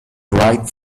right